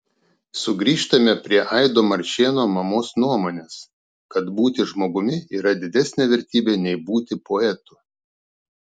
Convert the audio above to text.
sugrįžtame prie aido marčėno mamos nuomonės kad būti žmogumi yra didesnė vertybė nei būti poetu